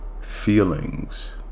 feelings